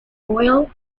royal